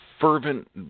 fervent